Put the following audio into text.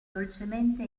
dolcemente